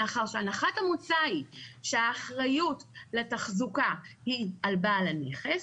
מאחר שהנחת המוצא היא שהאחריות לתחזוקה היא על בעל הנכס,